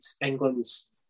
England's